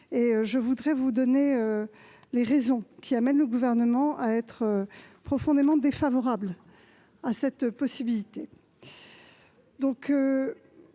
Je souhaite exposer les raisons qui amènent le Gouvernement à être profondément défavorable à cette possibilité.